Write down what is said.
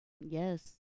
Yes